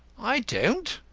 i don't,